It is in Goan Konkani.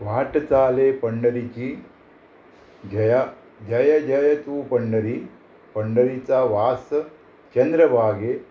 वाट चाले पंढरीची जया जय जय तूं पडरी पंडरीचा वास चंद्रवागे